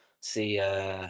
see